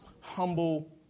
humble